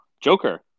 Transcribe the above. Joker